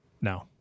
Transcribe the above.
No